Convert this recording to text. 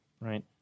right